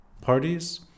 parties